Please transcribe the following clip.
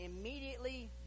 immediately